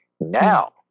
Now